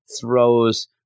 throws